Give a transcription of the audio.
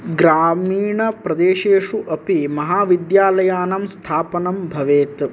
ग्रामीणप्रदेशेषु अपि महाविद्यालयानां स्थापनं भवेत्